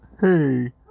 Hey